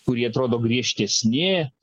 kurie atrodo griežtesni